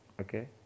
okay